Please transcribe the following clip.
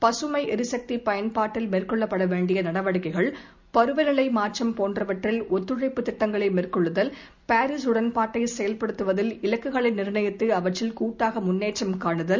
பகமை எரிசக்தி பயன்பாட்டில் மேற்கொள்ளப்பட வேண்டிய நடவடிக்கைகள் பருவநிலை மாற்றம் போன்றவற்றில் நத்துழைப்ப திட்டங்களை மேற்கொள்ளுதல் பாரீஸ் உடன்பாட்டை செயல்படுத்துவதில் இலக்குகளை நிர்ணயித்து அவற்றில் கூட்டாக முன்னேற்றம் காணுதல்